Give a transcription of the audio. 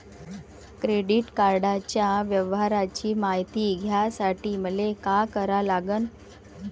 Credit कार्डाच्या व्यवहाराची मायती घ्यासाठी मले का करा लागन?